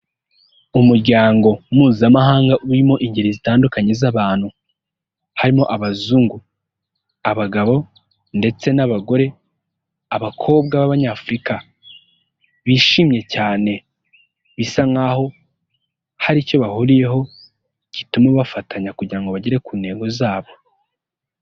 Umuryango mpuzamahanga urimo ingeri zitandukanye z'abantu harimo abazungu, abagabo ndetse n'abagore, abakobwa b'abanyafurika bishimye cyane, bisa nkahoho hari icyo bahuriyeho gituma bafatanya kugira ngo bagere ku ntego zabo.